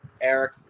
Eric